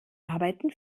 arbeiten